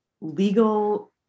legal